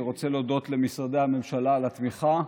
אני רוצה להודות למשרדי הממשלה על התמיכה.